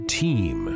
team